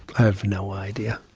i have no idea.